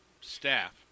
staff